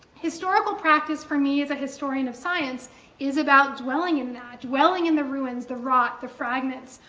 historical practice for me as a historian of science is about dwelling in that, dwelling in the ruins, the rot, the fragments,